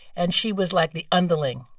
and she was, like, the underling,